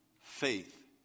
faith